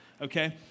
Okay